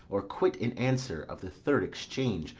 or quit in answer of the third exchange,